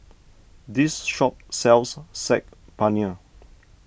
this shop sells Saag Paneer